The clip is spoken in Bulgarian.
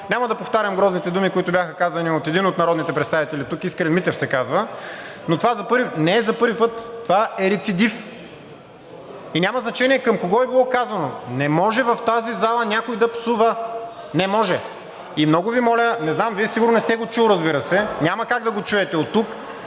Няма да повтарям грозните думи, които бяха казани от един от народните представители тук – Искрен Митев се казва, но това не е за първи път. Това е рецидив. Няма значение към кого е било казано. Не може в тази зала някой да псува. Не може! Много Ви моля, не знам, Вие сигурно не сте го чул, разбира се, няма как да го чуете оттук,